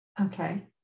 okay